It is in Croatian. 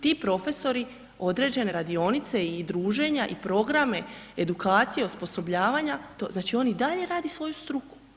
Ti profesori određene radionice i druženja i programe, edukacije, osposobljavanja, znači on i dalje radi svoju struku.